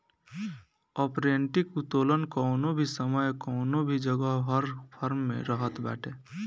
operating उत्तोलन कवनो भी समय कवनो भी जगह हर फर्म में रहत बाटे